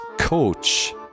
coach